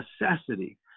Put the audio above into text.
necessity